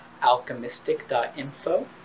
alchemistic.info